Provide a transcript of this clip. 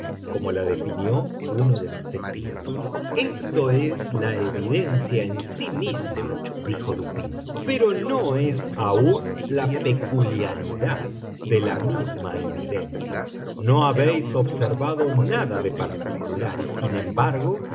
como la definió uno de los testigos esto es la evidencia en sí misma dijo dupín pero no es aún la peculiaridad de la misma evidencia no habéis observado nada de particular y sin embargo